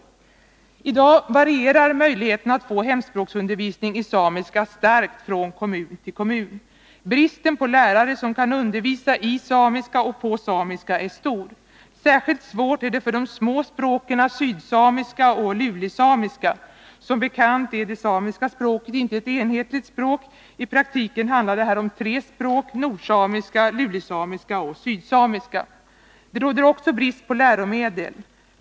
Torsdagen den I dag varierar möjligheterna att få hemspråksundervisning i samiska starkt 15 april 1982 från kommun till kommun. Bristen på lärare som kan undervisa i samiska och på samiska är stor. Särskilt svårt är det för de små språken sydsamiska och Anslag till det lulesamiska. Som bekant är det samiska språket inte ett enhetligt språk. I praktiken handlar det här om tre språk: nordsamiska, lulesamiska och sydsamiska. Det råder också brist på läromedel.